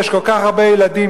יש כל כך הרבה ילדים,